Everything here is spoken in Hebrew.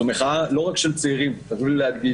זאת מחאה לא רק של צעירים, חשוב לי להדגיש.